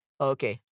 Okay